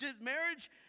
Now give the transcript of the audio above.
Marriage